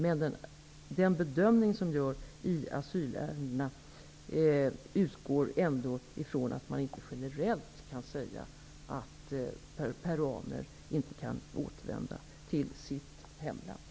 Men i den bedömning som görs i asylärendena utgår man ändå från att det inte generellt kan sägas att peruaner inte kan återvända till sitt hemland.